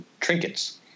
trinkets